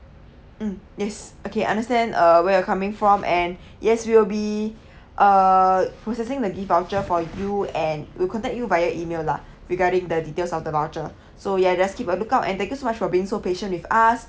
mm yes okay understand uh where you're coming from and yes we'll be uh processing the gift voucher for you and we'll contact you via email lah regarding the details of the voucher so ya just keep a lookout and thank you so much for being so patient with us